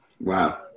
Wow